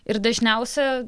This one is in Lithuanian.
ir dažniausia